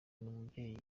nk’umubyeyi